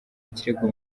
ikirego